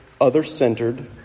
other-centered